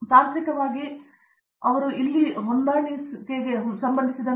ತಾಂತ್ರಿಕವಾಗಿ ಇಲ್ಲಿ ಮತ್ತು ಅದಕ್ಕೂ ಅಗತ್ಯವಿರುವ ಹೊಂದಾಣಿಕೆಗೆ ಸಂಬಂಧಿಸಿದಂತೆ